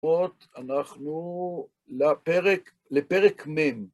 פה אנחנו לפרק מ'.